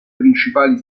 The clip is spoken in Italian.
principali